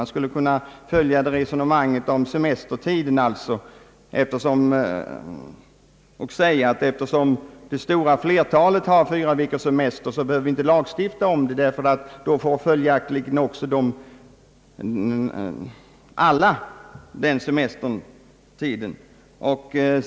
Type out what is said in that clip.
Vi skulle kunna följa det resonemanget när det gäller semestertidens längd och säga, att vi, eftersom det stora flertalet av de anställda har fyra veckors semester, inte behöver lagstifta om detta, eftersom alla följaktligen får denna semestertid.